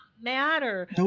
matter